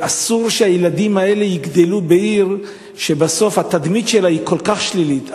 אסור שהילדים האלה יגדלו בעיר שבסוף התדמית שלה היא כל כך שלילית.